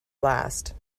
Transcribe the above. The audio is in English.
last